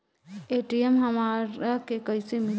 ATM हमरा के कइसे मिली?